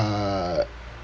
uh